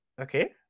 okay